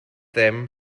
them